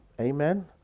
Amen